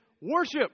worship